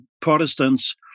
Protestants